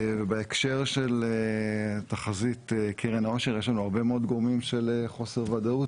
בהקשר של תחזית קרן העושר יש לנו הרבה מאוד גורמים של חוסר ודאות,